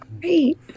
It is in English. great